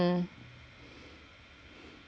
mm